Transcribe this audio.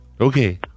Okay